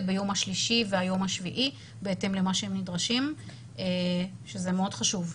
ביום השלישי וביום השביעי בהתאם למה שהם נדרשים וזה מאוד חשוב.